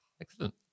Excellent